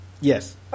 Yes